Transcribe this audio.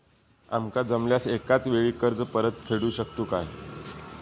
आमका जमल्यास एकाच वेळी कर्ज परत फेडू शकतू काय?